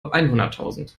einhunderttausend